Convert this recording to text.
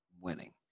winning